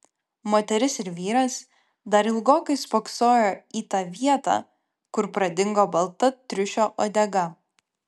moteris ir vyras dar ilgokai spoksojo į tą vietą kur pradingo balta triušio uodega